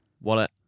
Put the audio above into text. Wallet